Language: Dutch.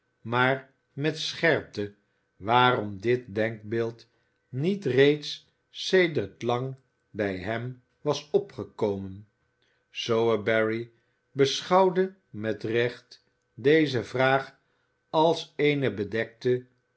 maar met scherpte waarom dit denkbeeld niet reeds sedert lang bij hem was opgekomen sowerberry beschouwde met recht deze vraag als eene bedekte